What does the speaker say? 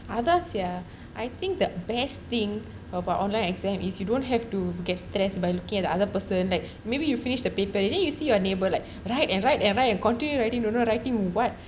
அதான்:athaan sia I think the best thing about online exam is you don't have to get stressed by looking at the other person that maybe you finish the paper then you see your neighbour like write and write and write and continue writing dono what